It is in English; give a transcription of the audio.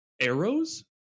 Arrows